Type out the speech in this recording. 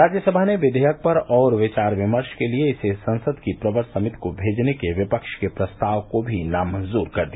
राज्यसभा ने विधेयक पर और विचार विमर्श के लिए इसे संसद की प्रवर समिति को भेजने के विपक्ष के प्रस्ताव को भी नामंजूर कर दिया